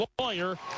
Lawyer